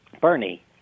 Bernie